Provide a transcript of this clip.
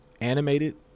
animated